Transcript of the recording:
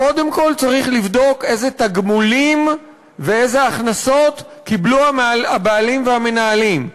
קודם כול צריך לבדוק איזה תגמולים ואיזה הכנסות קיבלו הבעלים והמנהלים,